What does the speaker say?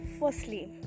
firstly